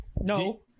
No